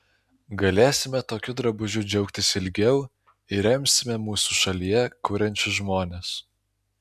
galėsime tokiu drabužiu džiaugtis ilgiau ir remsime mūsų šalyje kuriančius žmones